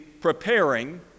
preparing